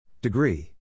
Degree